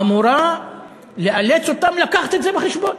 אמורה לאלץ אותם להביא את זה בחשבון,